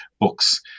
books